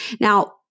Now